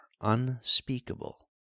unspeakable